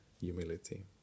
humility